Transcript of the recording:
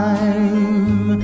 Time